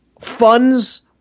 funds